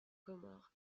comores